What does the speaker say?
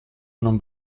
non